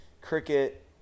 cricket